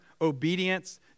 obedience